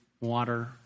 water